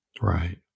right